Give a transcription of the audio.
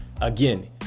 again